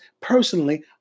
personally